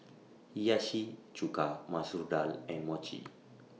Hiyashi Chuka Masoor Dal and Mochi